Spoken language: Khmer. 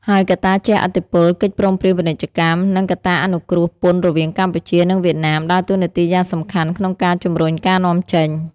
ហើយកត្តាជះឥទ្ធិពល កិច្ចព្រមព្រៀងពាណិជ្ជកម្ម និងកូតាអនុគ្រោះពន្ធរវាងកម្ពុជា និងវៀតណាមដើរតួនាទីយ៉ាងសំខាន់ក្នុងការជំរុញការនាំចេញ។